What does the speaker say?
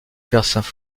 concerts